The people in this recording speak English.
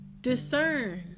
discern